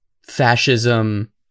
fascism